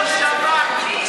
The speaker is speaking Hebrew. ראש שב"כ,